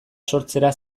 sortzera